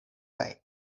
kaj